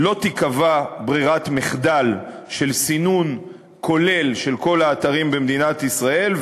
לא תיקבע ברירת מחדל של סינון כולל של כל האתרים במדינת ישראל,